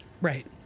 Right